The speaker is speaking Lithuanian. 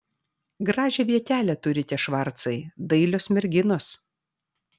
gražią vietelę turite švarcai dailios merginos